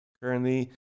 Currently